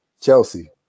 Chelsea